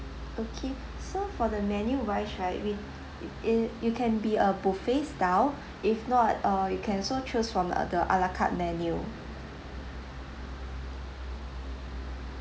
okay so for the menu wise right we it it you can be a buffet style if not uh you can also choose from uh the ala carte menu